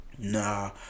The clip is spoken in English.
Nah